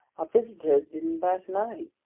our visitors didn't bat an eye.